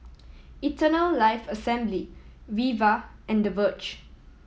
Eternal Life Assembly Viva and The Verge